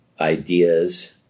ideas